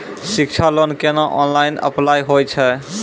शिक्षा लोन केना online apply होय छै?